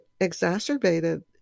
exacerbated